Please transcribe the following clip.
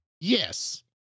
Yes